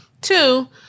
Two